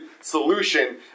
solution